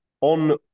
on